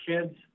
kids